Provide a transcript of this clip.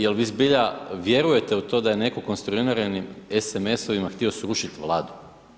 Jel vi zbilja vjerujete u to da je netko konstruiranim SMS-ovima htio srušit Vladu?